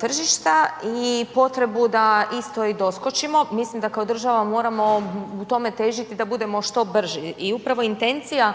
tržišta i potrebu da istoj i doskočimo, mislim da kao država moramo u tome težiti da budemo što brži i upravo intencija